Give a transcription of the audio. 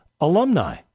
alumni